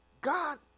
God